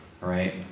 right